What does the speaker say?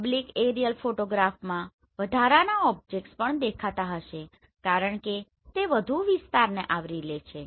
oblique aerial ફોટોગ્રાફમાં વધારાના objects પણ દેખાતા હશે કારણ કે તે વધુ વિસ્તારને આવરી લે છે